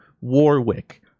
Warwick